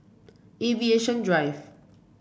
Aviation Drive